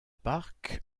parc